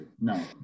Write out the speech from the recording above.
No